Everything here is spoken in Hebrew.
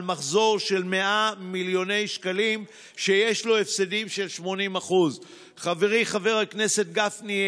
מחזור של 100 מיליוני שקלים שיש לו הפסדים של 80%. חברי חבר הכנסת גפני,